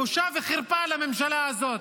בושה וחרפה לממשלה הזאת.